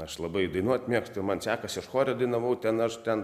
aš labai dainuot mėgstu man sekasi aš chore dainavau ten aš ten